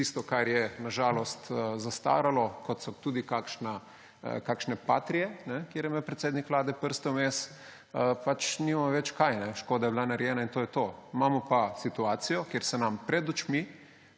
tisto, kar je na žalost zastaralo, kot so tudi kakšne patrie, kjer je imel predsednik Vlade prste vmes, pač nimamo več kaj. Škoda je bila narejena, in to je to. Imamo pa situacijo, ker se nam pred očmi